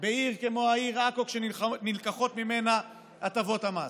בעיר כמו העיר עכו כשנלקחות ממנה הטבות המס.